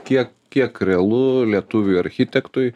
kiek kiek realu lietuviui architektui